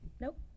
Nope